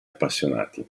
appassionati